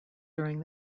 during